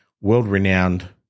world-renowned